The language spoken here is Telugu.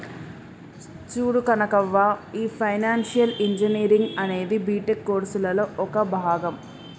చూడు కనకవ్వ, ఈ ఫైనాన్షియల్ ఇంజనీరింగ్ అనేది బీటెక్ కోర్సులలో ఒక భాగం